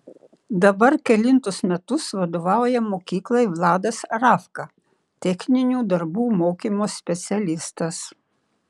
dabar kelintus metus vadovauja mokyklai vladas ravka techninių darbų mokymo specialistas